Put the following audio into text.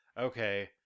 okay